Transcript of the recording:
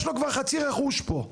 יש לו כבר חצי רכוש פה.